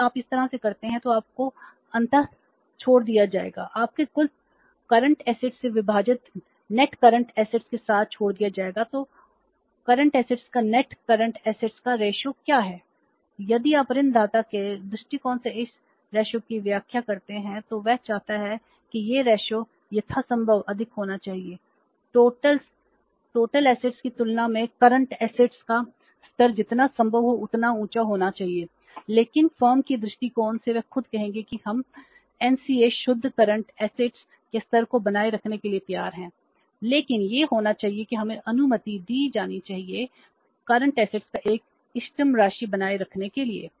यदि आप ऋणदाता के दृष्टिकोण से इस रेशों का एक इष्टतम राशि बनाए रखने के लिए